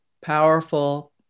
powerful